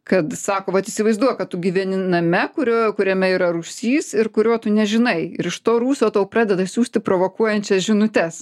kad sako vat įsivaizduok kad tu gyveni name kurio kuriame yra rūsys ir kurio tu nežinai ir iš to rūsio tau pradeda siųsti provokuojančias žinutes